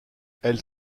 elle